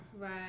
Right